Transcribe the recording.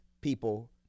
people